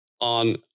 on